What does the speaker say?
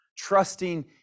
trusting